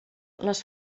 les